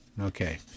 okay